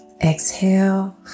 exhale